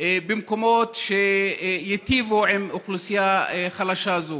במקומות שייטיבו עם אוכלוסייה חלשה זאת.